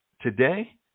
today